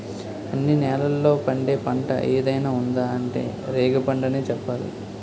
అన్ని నేలల్లో పండే పంట ఏదైనా ఉందా అంటే రేగిపండనే చెప్పాలి